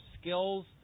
skills